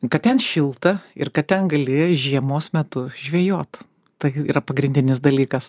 kad ten šilta ir kad ten gali žiemos metu žvejot tai yra pagrindinis dalykas